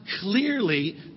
clearly